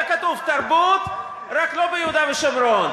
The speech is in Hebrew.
יהיה כתוב "תרבות, רק לא ביהודה ושומרון".